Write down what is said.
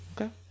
Okay